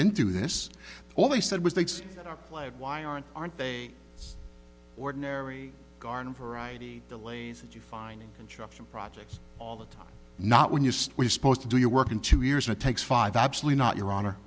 didn't do this all they said was they live why aren't aren't they ordinary garden variety delays that you find construction projects all the time not when you say we're supposed to do your work in two years and it takes five absolutely not your honor